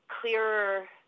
clearer